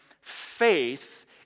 faith